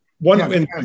one